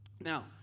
Now